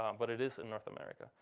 um but it is in north america.